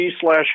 slash